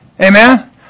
Amen